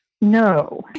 No